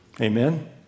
Amen